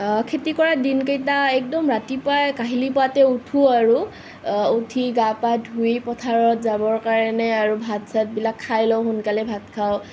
খেতি কৰা দিন কেইটা একদম ৰাতিপুৱাই কাহিলি পুৱাতে উঠো আৰু উঠি গা পা ধুই পথাৰত যাবৰ কাৰণে আৰু ভাত চাতবিলাক খায় লওঁ সোনকালে ভাত খাওঁ